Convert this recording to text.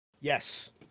yes